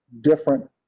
different